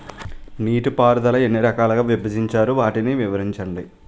నీటిపారుదల ఎన్ని రకాలుగా విభజించారు? వాటి వివరించండి?